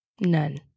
None